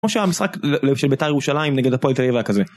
כמו שהמשחק של ביתר ירושלים נגד הפועל תל אביב היה כזה.